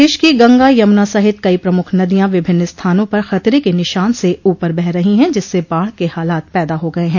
प्रदेश की गंगा यमुना सहित कई प्रमुख नदियां विभिन्न स्थानों पर खतरे के निशान से ऊपर बह रही हैं जिससे बाढ़ क हालात पैदा हो गये हैं